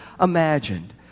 imagined